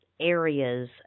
areas